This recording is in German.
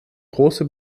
große